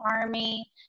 Army